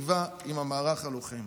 שמיטיבה עם המערך הלוחם.